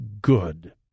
good